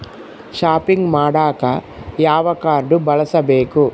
Shopping ಮಾಡಾಕ ಯಾವ card ಬಳಸಬೇಕು?